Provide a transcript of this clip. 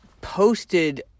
posted